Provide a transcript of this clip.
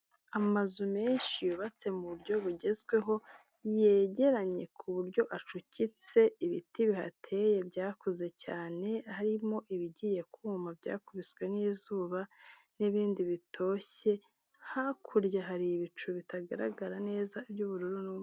Amazu menshi yubatse mu buryo bugezweho, yegeranye ku buryo acucitse, ibiti bihateye byakuze cyane harimo ibigiye kuma byakubiswe n'izuba n'ibindi bitoshye, hakurya hari ibicu bitagaragara neza by'ubururu n'umweru.